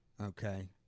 okay